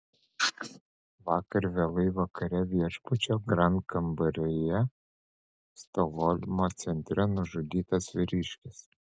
vakar vėlai vakare viešbučio grand kambaryje stokholmo centre nužudytas vyriškis